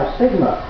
sigma